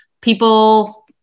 people